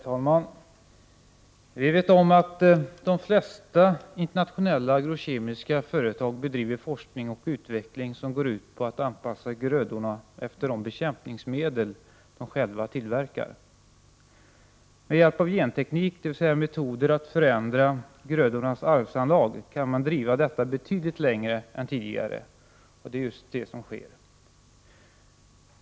Herr talman! Vi vet om att de flesta internationella agrokemiska företag bedriver forskning och utveckling som går ut på att anpassa grödorna efter de bekämpningsmedel de själva tillverkar. Med hjälp av genteknik, dvs. metoder att förändra grödornas arvsanlag, kan man driva detta betydligt längre än tidigare — och det är just vad som sker!